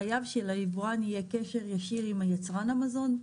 חייב שליבואן יהיה קשר ישיר עם יצרן המזון,